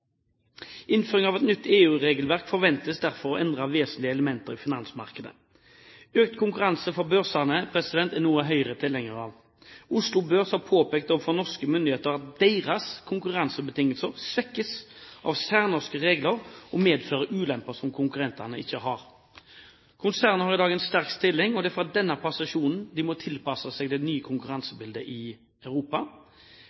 av verdipapirregistre. Innføring av nytt EU-regelverk forventes derfor å endre vesentlige elementer i finansmarkedet. Økt konkurranse fra børsene er noe Høyre er tilhenger av. Oslo Børs har påpekt overfor norske myndigheter at deres konkurransebetingelser svekkes av særnorske regler og medfører ulemper som konkurrentene ikke har. Konsernet har i dag en sterk stilling, og det er fra denne posisjonen de må tilpasse seg det nye